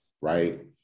Right